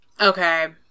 okay